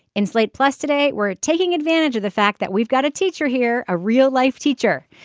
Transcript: in slate plus today we're taking advantage of the fact that we've got a teacher here a real life teacher.